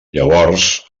llavors